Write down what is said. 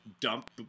dump